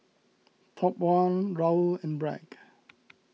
Top one Raoul and Bragg